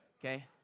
okay